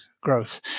growth